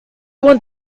want